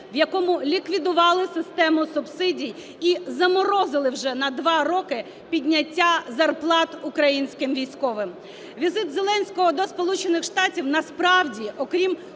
в якому ліквідували систему субсидій і заморозили вже на два роки підняття зарплат українським військовим. Візит Зеленського до Сполучених Штатів насправді, окрім